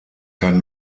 kann